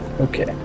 Okay